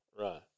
right